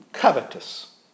covetous